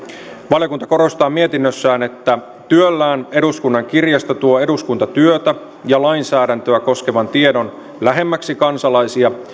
valiokunta korostaa mietinnössään että työllään eduskunnan kirjasto tuo eduskuntatyötä ja lainsäädäntöä koskevan tiedon lähemmäksi kansalaisia